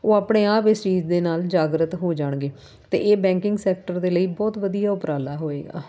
ਉਹ ਆਪਣੇ ਆਪ ਇਸ ਚੀਜ਼ ਦੇ ਨਾਲ ਜਾਗਰੂਕ ਹੋ ਜਾਣਗੇ ਅਤੇ ਇਹ ਬੈਂਕਿੰਗ ਸੈਕਟਰ ਦੇ ਲਈ ਬਹੁਤ ਵਧੀਆ ਉਪਰਾਲਾ ਹੋਏਗਾ